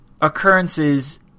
occurrences